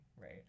right